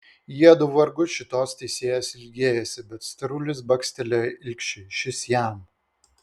jiedu vargu šitos teisėjos ilgėjosi bet storulis bakstelėjo ilgšiui šis jam